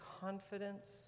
confidence